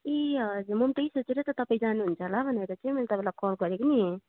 ए हजुर म पनि त्यही सोचेर त तपाईँ जानुहुन्छ होला भनेर चाहिँ मैले तपाईँलाई कल गरेको नि